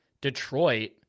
Detroit